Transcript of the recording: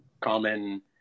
common